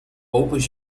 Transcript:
roupas